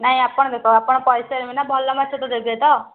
ନାଇଁ ଆପଣ ଦେଖ ଆପଣ କରିପାରିବେ ନା ଭଲ ମାଛ ତ ଦେବେ ତ